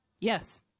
yes